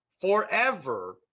forever